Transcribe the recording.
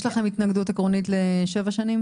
יש לכם התנגדות עקרונית לשבע שנים